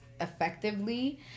effectively